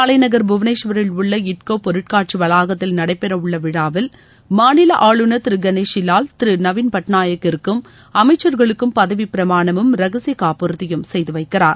தலைநகர் புவனேஸ்வரில் உள்ள இட்கோ பொருட்காட்சி வளாகத்தில் நடைபெறவுள்ள விழாவில் மாநில ஆளுநர் திரு கனேஷி லால் திரு நவீள் பட்நாயக்கிற்கும் அமைச்சர்களுக்கும் பதவி பிரமாணமும் ரகசிய காப்புறுதியும் செய்து வைக்கிறார்